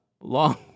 long